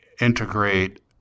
integrate